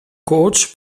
coach